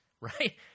right